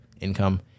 income